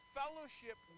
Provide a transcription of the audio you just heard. fellowship